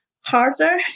harder